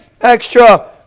extra